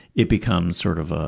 it becomes sort of, ah